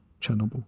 Chernobyl